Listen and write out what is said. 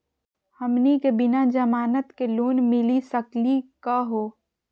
हमनी के बिना जमानत के लोन मिली सकली क हो?